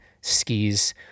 skis